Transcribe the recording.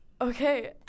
Okay